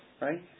right